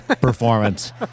performance